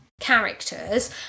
characters